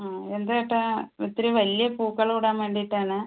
ആ എന്താ ഏട്ടാ ഒത്തിരി വലിയ പൂക്കളം ഇടാൻ വേണ്ടിയിട്ട് ആണ്